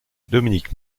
dominique